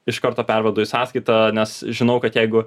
iš karto pervedu į sąskaitą nes žinau kad jeigu